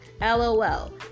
LOL